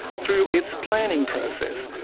through its planning process,